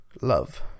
Love